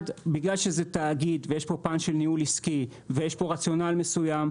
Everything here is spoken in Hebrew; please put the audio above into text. אחד בגלל שזה תאגיד ויש פה פאן של ניהול עסקי ויש פה רציונל מסוים,